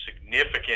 significant